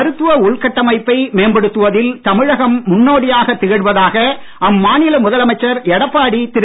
மருத்துவ உள்கட்டமைப்பை மேம்படுத்துவதில் தமிழகம் முன்னோடியாகத் திகழ்வதாக அம்மாநில முதலமைச்சர் எடப்பாடி திரு